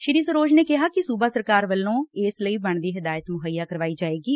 ਸ੍ਰੀ ਸਰੋਜ ਨੇ ਕਿਹਾ ਕਿ ਸੂਬਾ ਸਰਕਾਰ ਵਲੋ ਇਸ ਲਈ ਬਣਦੀ ਸਹਾਇਤਾ ਮੁਹੱਈਆ ਕਰਵਾਈ ਜਾਏਗੀ